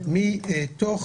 מתוך